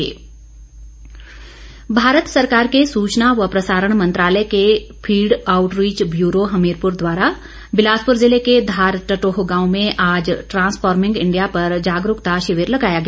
transforming India Bharat सरकार के सुचना व प्रसारण मंत्रालय के फिल्ड आउटरीच ब्यूरो हमीरपुर द्वारा बिलासपुर जिले के धार टटोह गांव में आज ट्रांसफोर्मिंग इंडिया पर जागरूकता शिविर लगाया गया